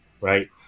Right